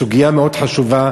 סוגיה מאוד חשובה,